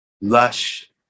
lush